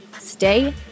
stay